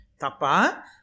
Tapa